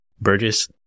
Burgess